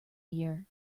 year